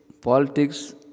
politics